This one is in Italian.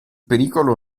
pericolo